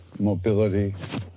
mobility